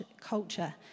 culture